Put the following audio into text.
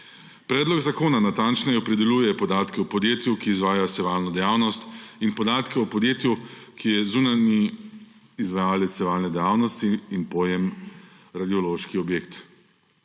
Predlog zakona natančneje opredeljuje podatke o podjetju, ki izvaja sevalno dejavnost, in podatke o podjetju, ki je zunanji izvajalec sevalne dejavnosti, in pojem radiološki objekt.